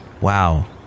Wow